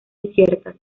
inciertas